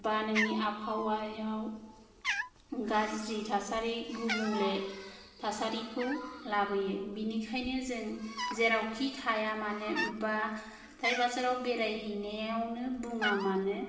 एबा नोंनि आबहावायाव गाज्रि थासारि गुबुंले थासारिखौ लाबोयो बेनिखायनो जों जेरावखि थाया मानो एबा हाथाय बाजाराव बेरायहैनायावनो बुङा मानो